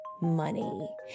money